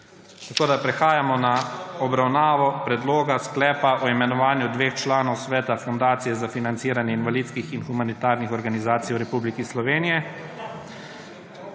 ne gre. Prehajamo na obravnavo Predloga sklepa o imenovanju dveh članov Sveta Fundacije za financiranje invalidskih in humanitarnih organizacij Republike Slovenije.